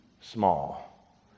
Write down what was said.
small